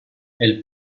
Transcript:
elle